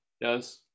Yes